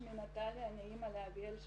אני אימא לעדיאל.